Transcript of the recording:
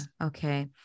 Okay